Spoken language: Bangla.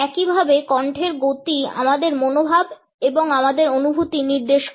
একইভাবে কণ্ঠের গতি আমাদের মনোভাব এবং আমাদের অনুভূতি নির্দেশ করে